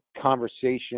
conversation